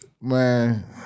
man